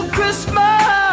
Christmas